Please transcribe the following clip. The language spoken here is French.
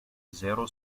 zéro